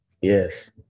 Yes